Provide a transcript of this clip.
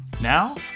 Now